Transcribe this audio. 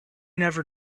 never